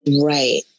right